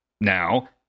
now